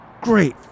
great